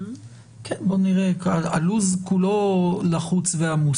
הלו"ז כולו לחוץ ועמוס,